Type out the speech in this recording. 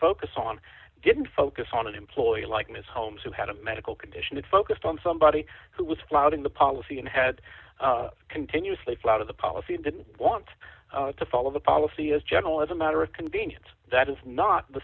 focus on didn't focus on an employee like ms holmes who had a medical condition that focused on somebody who was flouting the policy and had continuously fly out of the policy and didn't want to follow the policy as general as a matter of convenience that is not the